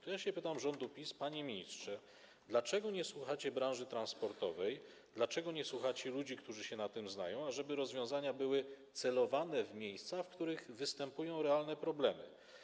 To ja się pytam rządu PiS, panie ministrze, dlaczego nie słuchacie branży transportowej, dlaczego nie słuchacie ludzi, którzy się na tym znają, ażeby rozwiązania były celowane w miejsca, w których występują realne problemy.